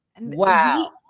wow